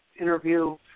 interview